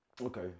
Okay